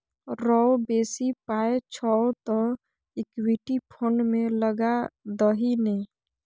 रौ बेसी पाय छौ तँ इक्विटी फंड मे लगा दही ने